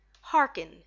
Hearken